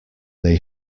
they